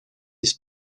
his